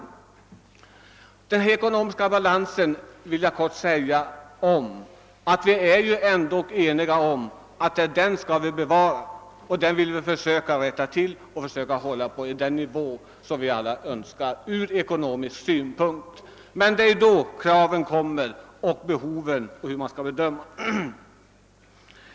Om den ekonomiska balansen som sådan vill jag helt kort säga att vi ju ändå är ense om att vi skall försöka bevara den och rätta till den när den är mindre tillfredsställande.